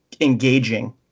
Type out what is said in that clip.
engaging